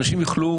אנשים יוכלו